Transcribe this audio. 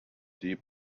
deep